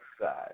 side